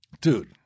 dude